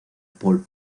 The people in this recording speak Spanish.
paul